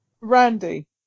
Randy